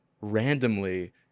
randomly